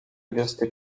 dwudziesty